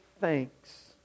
thanks